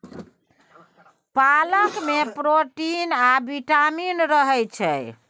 पालक मे प्रोटीन आ बिटामिन रहय छै